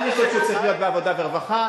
אני חושב שזה צריך להיות בעבודה ורווחה,